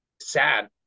sad